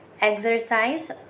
exercise